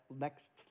next